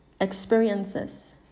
experiences